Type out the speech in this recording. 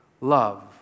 love